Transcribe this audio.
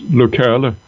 lokale